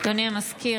אדוני המזכיר,